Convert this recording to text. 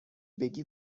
بگی